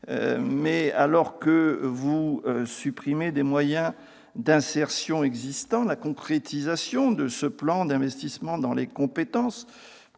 ... Alors que vous supprimez des moyens d'insertion existants, la concrétisation du plan d'investissement dans les compétences,